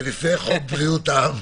זה לפני חוק בריאות העם.